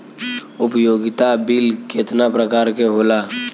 उपयोगिता बिल केतना प्रकार के होला?